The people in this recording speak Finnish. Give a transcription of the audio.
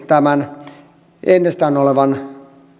tämän ennestään olevan